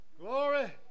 glory